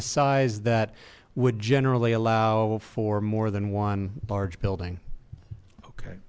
a size that would generally allow for more than one large building okay